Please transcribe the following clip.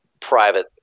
private